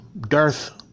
Darth